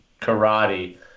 karate